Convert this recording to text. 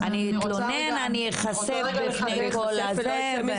"אני אתלונן, אני איחשף בפני כל העולם".